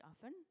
often